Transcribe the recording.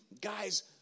guys